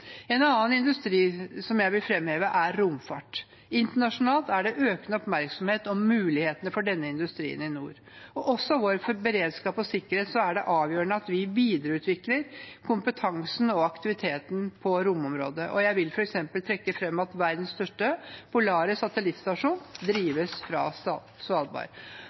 En annen industri som jeg vil framheve, er romfart. Internasjonalt er det økende oppmerksomhet om mulighetene for denne industrien i nord. Også for vår beredskap og sikkerhet er det avgjørende at vi videreutvikler kompetansen og aktiviteten på romområdet. Jeg vil f.eks. trekke fram at verdens største polare satellittstasjon drives fra Svalbard.